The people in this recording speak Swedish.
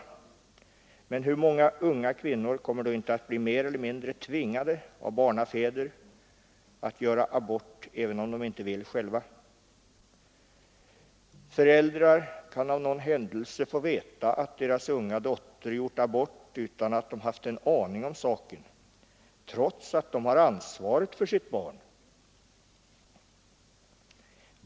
Men hur många unga kvinnor kommer då inte att bli mer eller mindre tvingade av barnafäder att göra abort även om de inte vill själva? Föräldrar kan av någon händelse få veta att deras unga dotter gjort abort utan att de har haft en aning om saken, trots att de har ansvaret för sitt barn.